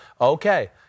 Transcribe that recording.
okay